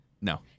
No